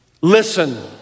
listen